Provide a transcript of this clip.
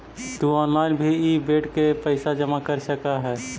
तु ऑनलाइन भी इ बेड के पइसा जमा कर सकऽ हे